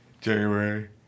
January